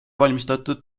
valmistatud